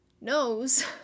knows